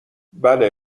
بله